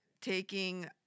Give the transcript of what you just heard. taking